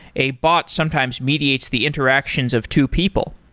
a bot sometimes mediates the interactions of two people.